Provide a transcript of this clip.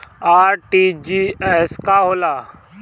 RTGS का होला?